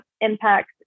impacts